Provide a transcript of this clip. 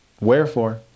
Wherefore